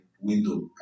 window